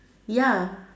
ya